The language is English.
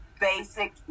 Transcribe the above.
basic